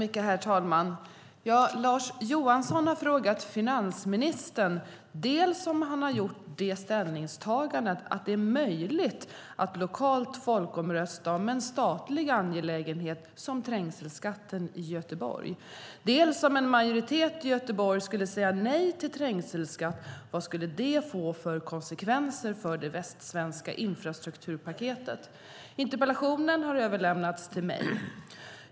Herr talman! Lars Johansson har frågat finansministern dels om han gjort det ställningstagandet att det är möjligt att lokalt folkomrösta om en statlig angelägenhet som trängselskatten i Göteborg, dels vad det skulle det få för konsekvenser för det västsvenska infrastrukturpaketet om en majoritet i Göteborg skulle säga nej till trängselskatt. Interpellationen har överlämnats till mig.